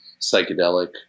psychedelic